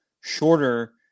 shorter